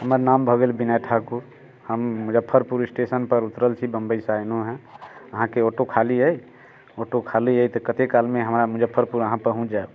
हमर नाम भऽ गेल विनय ठाकुर हम मुजफ्फरपुर स्टेशनपर उतरल छी बम्बइसँ एनहुँ हँ अहाँके आँटो खाली अइ आँटो खाली अइ तऽ कतेक कालमे हमरा मुजफ्फरपुर अहाँ पहुँच जैब